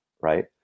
right